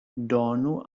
donu